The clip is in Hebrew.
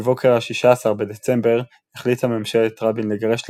בבוקר ה-16 בדצמבר החליטה ממשלת רבין לגרש ללבנון,